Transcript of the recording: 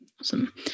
Awesome